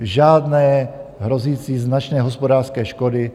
Žádné hrozící značné hospodářské škody.